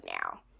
now